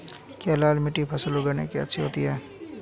क्या लाल मिट्टी फसल उगाने के लिए अच्छी होती है?